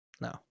No